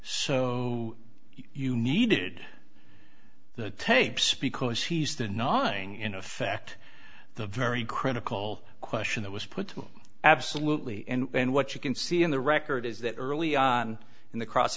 so you needed the tapes because he's denying in effect the very critical question that was put absolutely and what you can see in the record is that early on in the cross